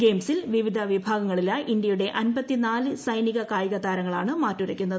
ഗെയിംസിൽ വിവിധ വിഭാഗങ്ങളിലായി ഇന്ത്യയുടെ പ്ര്യോഗസെനിക കായിക താരങ്ങളാണ് മാറ്റുരയ്ക്കുന്നത്